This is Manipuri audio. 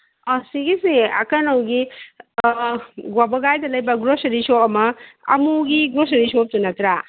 ꯑꯁꯤꯒꯤꯁꯤ ꯀꯩꯅꯣꯒꯤ ꯋꯥꯕꯒꯥꯏꯗ ꯂꯩꯕ ꯒ꯭ꯔꯣꯁꯔꯤ ꯁꯣꯞ ꯑꯃ ꯑꯃꯨꯒꯤ ꯒ꯭ꯔꯣꯁꯔꯤ ꯁꯣꯞꯇꯨ ꯅꯠꯇ꯭ꯔꯥ